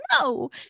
no